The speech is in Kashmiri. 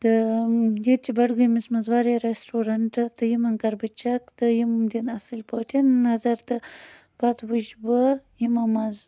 تہٕ ییٚتہِ چھِ بڈگٲمِس منٛز واریاہ رٮ۪سٹورنٛٹ تہٕ یِمَن کَرٕ بہٕ چَک تہٕ یِم دِن اَصٕل پٲٹھۍ نظر تہٕ پتہٕ وٕچھ بہٕ یِمو منٛز